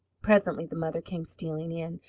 presently the mother came stealing in,